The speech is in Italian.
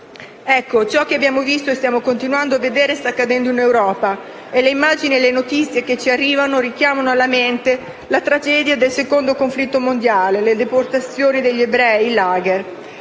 Ciò che abbiamo visto e continuiamo a vedere sta accadendo in Europa e le immagini e le notizie che ci arrivano richiamano alla mente la tragedia del secondo conflitto mondiale, le deportazioni degli ebrei e i *lager*.